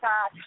God